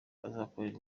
azakorera